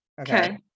okay